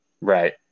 Right